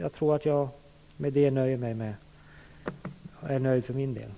Jag tror att jag för min del nöjer mig med detta.